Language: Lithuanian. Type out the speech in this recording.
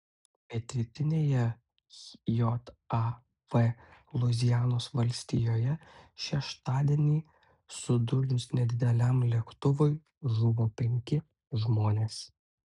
pietrytinėje jav luizianos valstijoje šeštadienį sudužus nedideliam lėktuvui žuvo penki žmonės